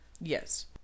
Yes